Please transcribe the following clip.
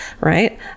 right